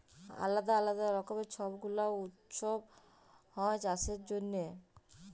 আলদা আলদা রকমের ছব গুলা উৎসব হ্যয় চাষের জনহে